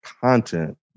content